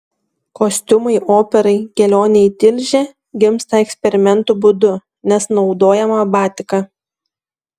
kostiumai operai kelionė į tilžę gimsta eksperimentų būdu nes naudojama batika